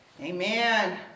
Amen